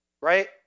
Right